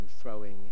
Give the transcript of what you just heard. throwing